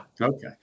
Okay